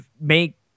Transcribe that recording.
make